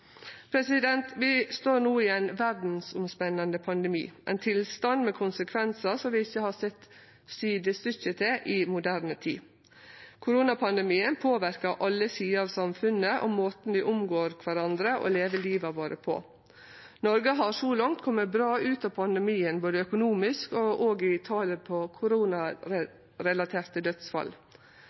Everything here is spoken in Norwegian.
Vi står no i ein verdsomspennande pandemi, ein tilstand med konsekvensar som vi ikkje har sett sidestykkje til i moderne tid. Koronapandemien påverkar alle sider av samfunnet og måten vi omgår kvarandre og lever livet vårt på. Noreg har so langt kome bra ut av pandemien, både økonomisk og òg i talet på koronarelaterte dødsfall.